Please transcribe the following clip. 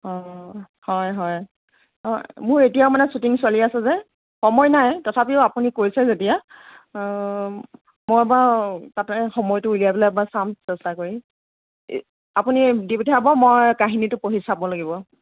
অ হয় হয় অ মোৰ এতিয়াও মানে ছুটিং চলি আছে যে সময় নাই তথাপিও আপুনি কৈছে যেতিয়া মই বাৰু তাতে সময়টো উলিয়াই পেলাই এবাৰ চাম চেষ্টা কৰি আপুনি দি পঠিয়াব মই কাহিনীটো পঢ়ি চাব লাগিব